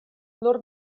nur